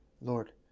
Lord